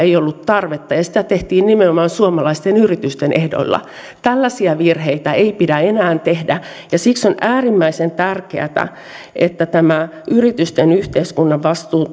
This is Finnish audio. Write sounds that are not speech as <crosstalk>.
ei ollut tarvetta ja sitä tehtiin nimenomaan suomalaisten yritysten ehdoilla tällaisia virheitä ei pidä enää tehdä ja siksi on äärimmäisen tärkeätä että tätä yritysten yhteiskuntavastuun <unintelligible>